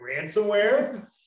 ransomware